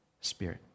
spirit